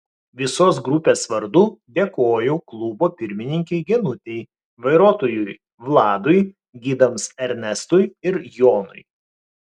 visos grupės vardu dėkoju klubo pirmininkei genutei vairuotojui vladui gidams ernestui ir jonui